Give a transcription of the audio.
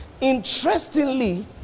Interestingly